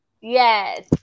Yes